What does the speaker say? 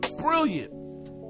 Brilliant